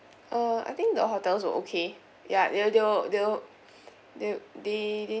uh I think the hotels were okay ya they were they were they were they they